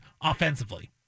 offensively